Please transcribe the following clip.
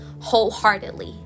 wholeheartedly